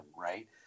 right